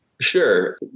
Sure